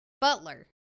butler